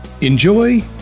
Enjoy